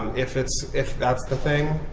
if that's if that's the thing,